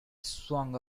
swung